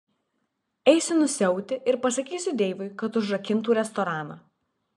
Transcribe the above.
eisiu nusiauti ir pasakysiu deivui kad užrakintų restoraną